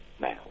now